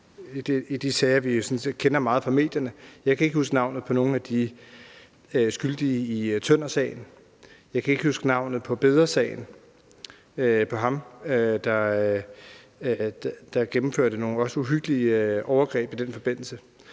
i de sager, som vi kender meget fra medierne. Jeg kan heller ikke huske navnet på nogen af de skyldige i Tøndersagen, jeg kan ikke huske navnet på ham i Bedersagen, der gennemførte nogle uhyggelige overgreb i den forbindelse.